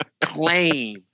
claim